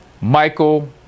Michael